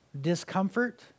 discomfort